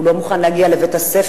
הוא לא מוכן להגיע לבית-הספר,